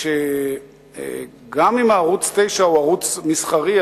גם אם ערוץ-9 הוא ערוץ מסחרי,